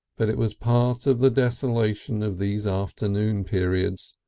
but it was part of the desolation of these afternoon periods,